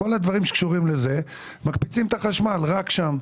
כל הדברים שקשורים לזה מקפיצים את החשמל רק שם.